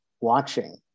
watching